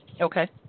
Okay